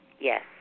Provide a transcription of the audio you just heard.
Yes